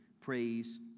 Praise